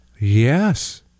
Yes